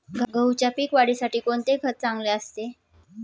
गहूच्या पीक वाढीसाठी कोणते खत चांगले असते?